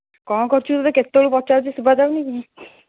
କ'ଣ କରୁଛୁ ତୋତେ କେତେବେଳୁ ପଚାରୁଛି ଶୁଭାଯାଉନି କି